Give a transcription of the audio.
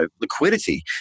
liquidity